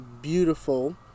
beautiful